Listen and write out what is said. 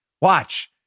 Watch